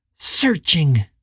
searching